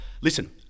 Listen